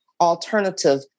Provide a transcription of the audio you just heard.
alternative